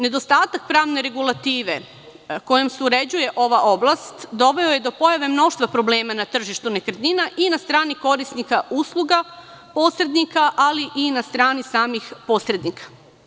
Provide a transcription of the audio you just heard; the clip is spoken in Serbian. Nedostatak pravne regulative kojom se uređuje ova oblast doveo je do pojave mnoštva problema na tržištu nekretnina i na strani korisnika usluga posrednika, ali i na strani samih posrednika.